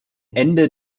ende